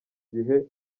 gihe